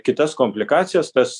kitas komplikacijas tas